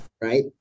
right